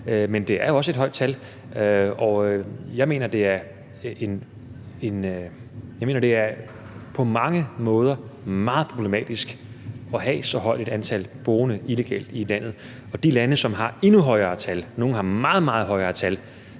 men det er jo et højt tal. Jeg mener, at det på mange måder er meget problematisk at have et så højt antal boende illegalt i landet. Og nogle lande har meget, meget højere tal,